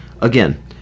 again